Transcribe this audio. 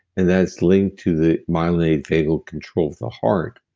and that's linked to the myelinating vagal control of the heart.